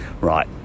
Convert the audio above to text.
Right